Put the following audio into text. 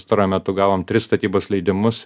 pastaruoju metu gavom tris statybos leidimus